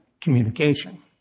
communication